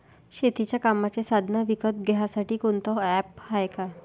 शेतीच्या कामाचे साधनं विकत घ्यासाठी कोनतं ॲप हाये का?